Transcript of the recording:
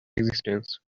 existence